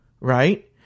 right